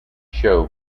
show